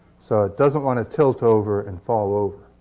so it doesn't want to tilt over and fall over.